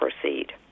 proceed